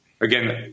Again